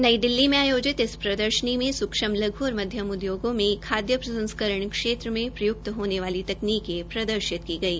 नई दिल्ली में आयोजित इस प्रदर्शनी में सूक्षम लघ् और मध्यम उदयोगों में खाद्य प्रसंस्करण क्षेत्र में प्रय्क्त होने वाली तकनीके प्रदर्शित किया गई